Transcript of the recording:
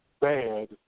bad